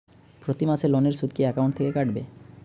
প্রতি মাসে লোনের সুদ কি একাউন্ট থেকে কাটবে?